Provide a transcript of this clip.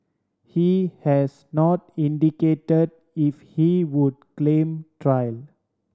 he has not indicate if he would claim trial